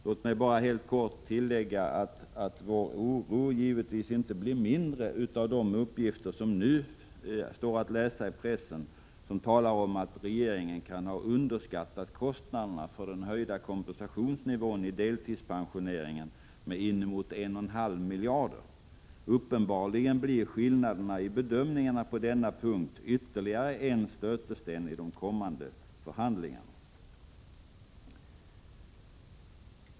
Låt mig bara helt kort tillägga att vår oro givetvis inte blir mindre av de uppgifter som nu står att läsa i pressen, enligt vilka regeringen nu kan ha underskattat kostnaderna för den höjda kompensationsnivån i deltidspensioneringen med inemot 1,5 miljarder kr. Uppenbarligen blir skillnaden i bedömningarna på denna punkt ytterligare en stötesten i de kommande förhandlingarna. Fru talman!